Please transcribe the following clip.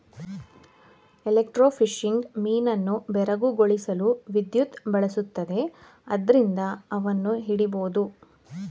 electrofishing ಮೀನನ್ನು ಬೆರಗುಗೊಳಿಸಲು ವಿದ್ಯುತ್ ಬಳಸುತ್ತದೆ ಆದ್ರಿಂದ ಅವನ್ನು ಹಿಡಿಬೋದು